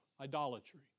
idolatry